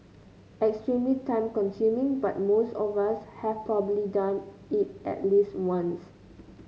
extremely time consuming but most of us have probably done it at least once